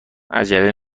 عجله